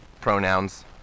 pronouns